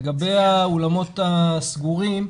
לגבי האולמות הסגורים,